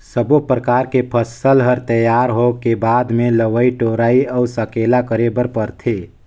सब्बो परकर के फसल हर तइयार होए के बाद मे लवई टोराई अउ सकेला करे बर परथे